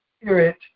spirit